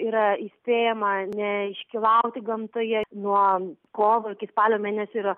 yra įspėjama neiškylauti gamtoje nuo kovo iki spalio mėnesio yra